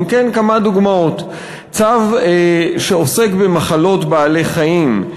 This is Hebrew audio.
אם כן, כמה דוגמאות: צו שעוסק במחלות בעלי-חיים,